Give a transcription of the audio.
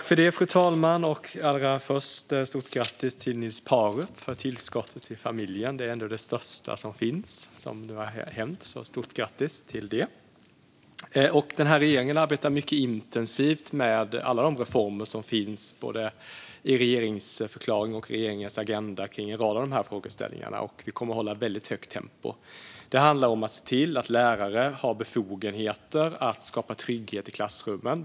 Fru talman! Jag vill först framföra ett stort grattis till Niels Paarup-Petersen för tillskottet i familjen. Det är ändå det största som finns som har hänt. Denna regering arbetar mycket intensivt med alla de reformer som finns i regeringsförklaringen och i regeringens agenda kring en rad av dessa frågeställningar. Och vi kommer att hålla ett väldigt högt tempo. Det handlar om att se till att lärare har befogenheter att skapa trygghet i klassrummen.